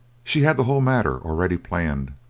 she had the whole matter already planned,